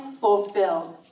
Fulfilled